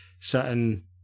certain